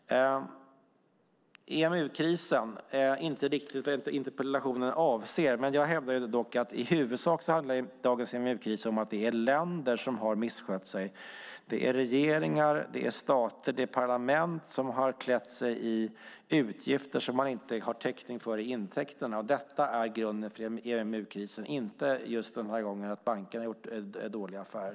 EMU-krisen är inte riktigt vad interpellationen handlar om. Jag hävdar dock att dagens EMU-kris i huvudsak handlar om att länder har misskött sig. Det är regeringar, stater och parlament som har klätt sig i utgifter som man inte har täckning för i intäkterna. Det är grunden för EMU-krisen, inte att bankerna har gjort dåliga affärer.